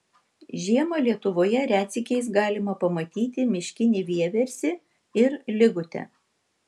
žiemą lietuvoje retsykiais galima pamatyti miškinį vieversį ir ligutę